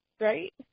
Right